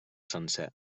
sencer